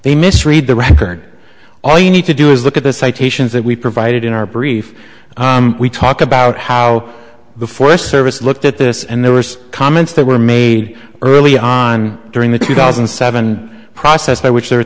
they misread the record all you need to do is look at the citations that we provided in our brief we talk about how the forest service looked at this and there were comments that were made early on during the two thousand and seven process by which they